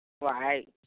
Right